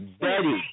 Betty